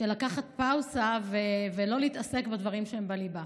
לקחת פאוזה ולא להתעסק בדברים שהם בליבה.